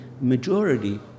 majority